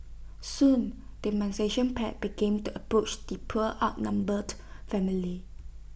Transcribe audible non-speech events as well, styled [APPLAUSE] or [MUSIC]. soon the [UNINTELLIGIBLE] pack began to approach the poor outnumbered family